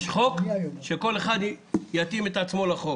יש חוק ושכל אחד יתאים את עצמו לחוק.